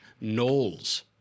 Knowles